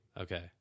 Okay